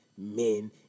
men